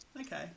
Okay